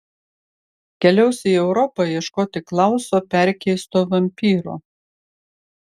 keliaus į europą ieškoti klauso perkeisto vampyro